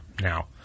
now